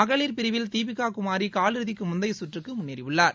மகளிர் பிரிவில் தீபிக்கா குமாரி கால் இறுதிக்கு முந்தைய சுற்றுக்கு முன்னேறியுள்ளார்